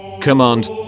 command